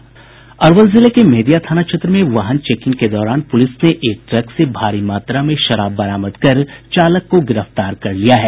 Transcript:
अरवल जिले के मेंहदिया थाना क्षेत्र में वाहन चेकिंग के दौरान पुलिस ने एक ट्रक से भारी मात्रा में शराब बरामद कर चालक को गिरफ्तार कर लिया है